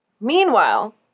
Meanwhile